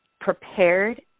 prepared